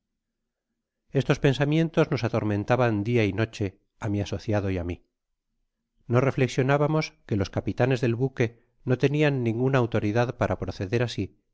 estos pensamientos nos atormentaban dia y noche á mi asociado y á mi no reflexionábamos que los capitanes del buque no tenian ninguna autoridad para proceder asi